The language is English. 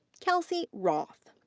kelsey roth.